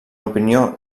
opinió